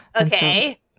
Okay